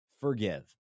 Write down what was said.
forgive